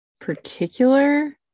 particular